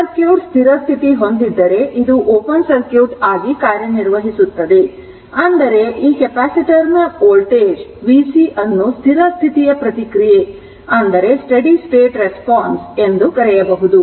circuit ಸ್ಥಿರ ಸ್ಥಿತಿ ಹೊಂದಿದ್ದರೆ ಇದು ಓಪನ್ ಸರ್ಕ್ಯೂಟ್ ಆಗಿ ಕಾರ್ಯನಿರ್ವಹಿಸುತ್ತದೆ ಅಂದರೆ ಈ ಕೆಪಾಸಿಟರ್ ನ ವೋಲ್ಟೇಜ್ vc ಅನ್ನು ಸ್ಥಿರ ಸ್ಥಿತಿಯ ಪ್ರತಿಕ್ರಿಯೆ ಎಂದು ಕರೆಯಬಹುದು